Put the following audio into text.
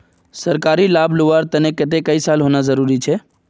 सरकारी लाभ लुबार केते कई साल होना जरूरी छे?